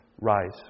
rise